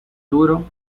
duro